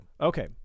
Okay